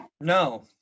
No